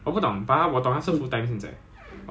normal [one] 是 like err